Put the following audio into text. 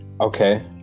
Okay